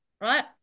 right